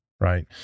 right